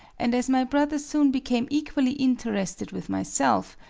and as my brother soon became equally interested with myself,